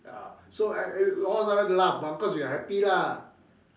ah so I I I we all laugh but of course we are happy lah